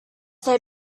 they